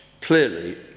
clearly